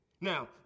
Now